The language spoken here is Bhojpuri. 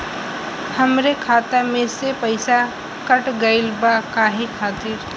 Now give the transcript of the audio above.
हमरे खाता में से पैसाकट गइल बा काहे खातिर?